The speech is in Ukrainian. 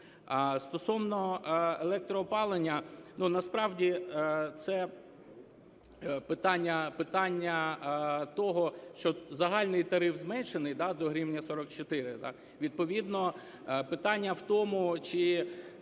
стосовно електроопалення, насправді це питання того, що загальний тариф зменшений до 1 гривні 44, відповідно питання в тому, чи